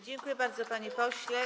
Dziękuję bardzo, panie pośle.